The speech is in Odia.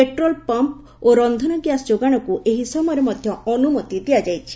ପେଟ୍ରୋଲ ପମ୍ମ ଓ ରକ୍ଷନଗ୍ୟାସ୍ ଯୋଗାଣକୁ ଏହି ସମୟରେ ଅନୁମତି ଦିଆଯାଇଛି